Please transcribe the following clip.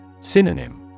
Synonym